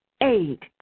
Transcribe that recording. Eight